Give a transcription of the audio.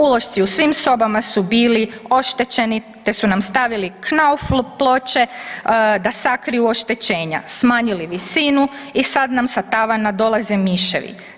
Ulošci u svim sobama su bili oštećeni, te su nam stavili knauf ploče da sakriju oštećenja, smanjili visinu i sad nam sa tavana dolaze miševi.